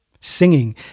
singing